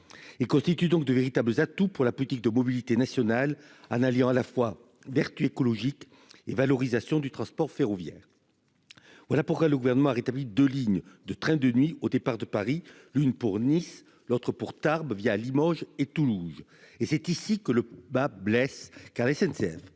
et constitue donc de véritables atouts pour la politique de mobilité nationale en alliant à la fois vertus écologiques et valorisation du transport ferroviaire, voilà pourquoi le gouvernement a rétabli de lignes de trains de nuit au départ de Paris, l'une pour Nice, l'autre pour Tarbes, via Limoges et Toulouse et c'est ici que le bât blesse car la SNCF